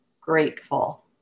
grateful